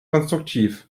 konstruktiv